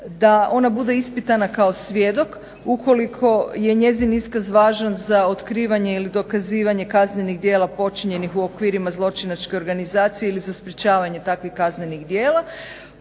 da ona bude ispitana kao svjedok ukoliko je njezin iskaz važan za otkrivanje ili dokazivanje kaznenih djela počinjenih u okvirima zločinačke organizacije ili za sprečavanje takvih kaznenih djela.